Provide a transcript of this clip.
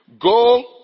Go